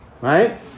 Right